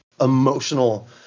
emotional